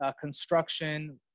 construction